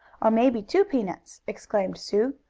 or maybe two peanuts! exclaimed sue.